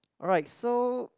alright so